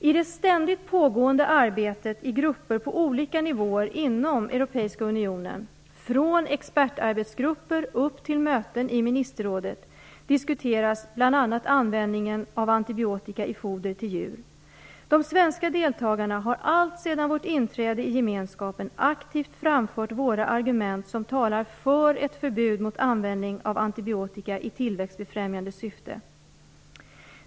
I det ständigt pågående arbetet i grupper på olika nivåer inom Europeiska unionen, från expertarbetsgrupper upp till möten i ministerrådet, diskuteras bl.a. användningen av antibiotika i foder till djur. De svenska deltagarna har alltsedan vårt inträde i gemenskapen aktivt framfört våra argument som talar för ett förbud mot användning av antibiotika i tillväxtbefrämjande syfte.